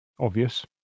obvious